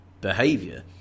behavior